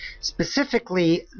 Specifically